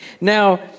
Now